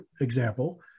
example